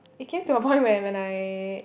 it came to a point where when I